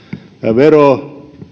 vero